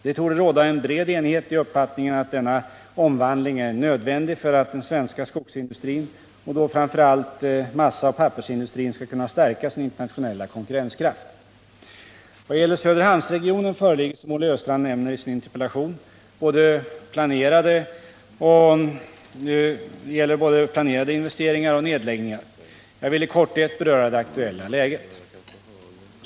Det torde råda en bred enighet i uppfattningen att denna omvandling är nödvändig för att den svenska skogsindustrin, och då framför allt massaoch pappersindustrin, skall kunna stärka sin internationella konkurrenskraft. Vad gäller Söderhamnsregionen föreligger, som Olle Östrand nämner i sin interpellation, både planerade investeringar och nedläggningar. Jag vill i korthet beröra det aktuella läget.